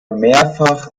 mehrfach